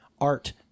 art